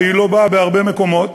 והיא לא באה בהרבה מקומות.